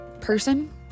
person